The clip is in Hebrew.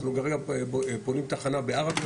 אנחנו כרגע בונים תחנה בערבה,